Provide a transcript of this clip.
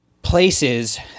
Places